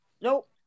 Nope